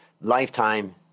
lifetime